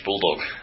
Bulldog